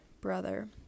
brother